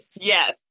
Yes